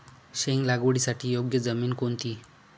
शेंग लागवडीसाठी योग्य जमीन कोणती?